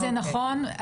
זה נכון.